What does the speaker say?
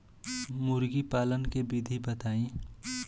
मुर्गीपालन के विधी बताई?